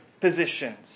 positions